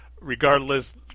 regardless